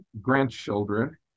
grandchildren